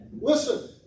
Listen